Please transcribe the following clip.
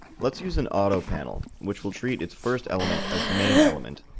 let's use an auto panel, which will treat its first element as the main element,